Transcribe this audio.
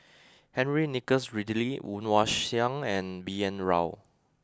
Henry Nicholas Ridley Woon Wah Siang and B N Rao